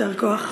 יישר כוח.